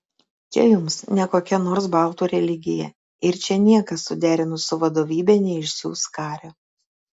čia jums ne kokia nors baltų religija ir čia niekas suderinus su vadovybe neišsiųs kario